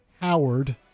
Howard